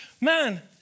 man